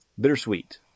bittersweet